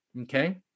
Okay